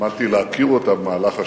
למדתי להכיר אותה במהלך השנים.